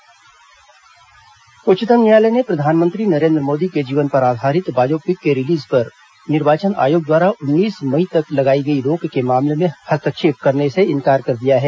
उच्चतम न्यायालय प्रधानमंत्री फिल्म उच्चतम न्यायालय ने प्रधानमंत्री नरेन्द्र मोदी के जीवन पर आधारित बायोपिक के रिलीज पर निर्वाचन आयोग द्वारा उन्नीस मई तक लगाई गई रोक के मामले में हस्तक्षेप करने से इंकार कर दिया है